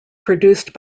produced